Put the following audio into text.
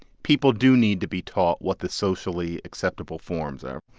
people do need to be taught what the socially acceptable forms are.